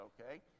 okay